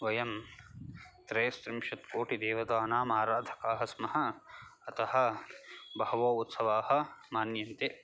वयं त्रयस्त्रिंशत् कोटिदेवतानाम् आराधकाः स्मः अतः बहवो उत्सवाः मान्यन्ते